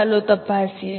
ચાલો તપાસીએ